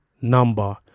number